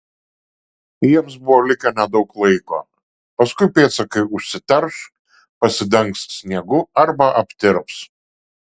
jiems buvo likę nedaug laiko paskui pėdsakai užsiterš pasidengs sniegu arba aptirps